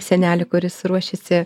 senelį kuris ruošėsi